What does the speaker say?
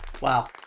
Wow